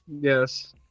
Yes